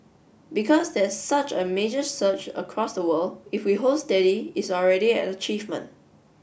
because there's such a major surge across the world if we hold steady it's already an achievement